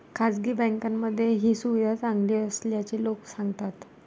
खासगी बँकांमध्ये ही सुविधा चांगली असल्याचे लोक सांगतात